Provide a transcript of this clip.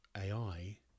AI